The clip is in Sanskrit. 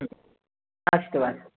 अस्तु अस्तु